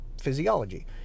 physiology